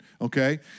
okay